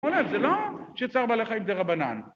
זה לא שצער בעלי חיים זה רבנן